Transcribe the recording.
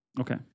Okay